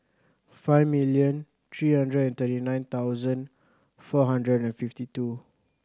five million three hundred and thirty nine thousand four hundred and fifty two